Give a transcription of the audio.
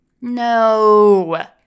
No